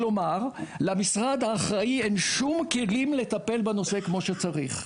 כלומר למשרד האחראי אין שום כלים לטפל בנושא כמו שצריך.